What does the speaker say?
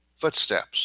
footsteps